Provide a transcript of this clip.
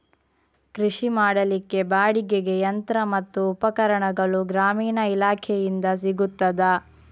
ಕೃಷಿ ಮಾಡಲಿಕ್ಕೆ ಬಾಡಿಗೆಗೆ ಯಂತ್ರ ಮತ್ತು ಉಪಕರಣಗಳು ಗ್ರಾಮೀಣ ಇಲಾಖೆಯಿಂದ ಸಿಗುತ್ತದಾ?